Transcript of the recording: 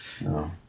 No